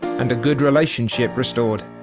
and a good relationship restored.